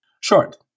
Short